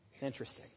interesting